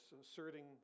asserting